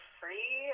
free